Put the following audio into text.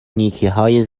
نیکیهای